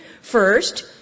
first